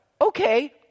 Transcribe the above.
okay